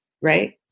right